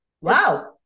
Wow